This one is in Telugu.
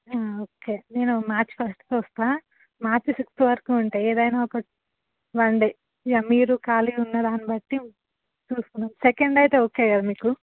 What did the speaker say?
ఓకే నేను మార్చి ఫస్ట్కు వస్తాను మార్చి సిక్స్త్ వరకు ఉంటాను ఏదైనా ఒకటి వన్ డే ఇక మీరు ఖాళీ ఉన్న దాన్ని బట్టి చూసుకున్నాం సెకండ్ అయితే ఓకే కదా మీకు